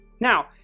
Now